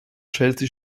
chelsea